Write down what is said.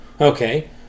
Okay